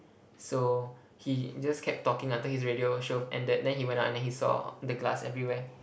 so he just kept talking until his radio show have ended then he went out and then he saw the glass everywhere